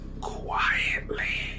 quietly